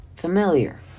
Familiar